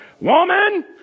woman